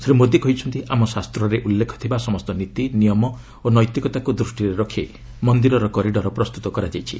ଶ୍ରୀ ମୋଦି କହିଛନ୍ତି ଆମ ଶାସ୍ତରେ ଉଲ୍ଲେଖ ଥିବା ସମସ୍ତ ନୀତି ନିୟମ ଓ ନୈତିକତାକୁ ଦୃଷ୍ଟିରେ ରଖି ମନ୍ଦିରର କରିଡର ପ୍ରସ୍ତୁତ କରାଯାଇଛି